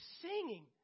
singing